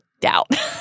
doubt